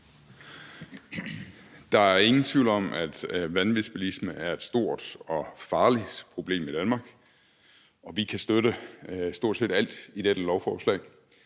Der er ingen tvivl om, at vanvidsbilisme er et stort og farligt problem i Danmark, og vi kan støtte stort set alt i dette lovforslag.